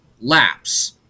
Laps